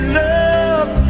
love